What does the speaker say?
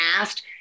asked